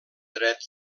dret